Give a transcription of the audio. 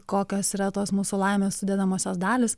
kokios yra tos mūsų laimės sudedamosios dalys